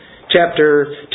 chapter